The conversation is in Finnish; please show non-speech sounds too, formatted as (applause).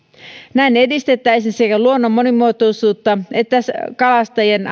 näin edistettäisiin sekä luonnon monimuotoisuutta että kalastajien (unintelligible)